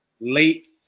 late